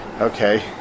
Okay